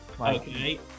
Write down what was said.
Okay